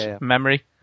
memory